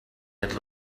had